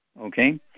okay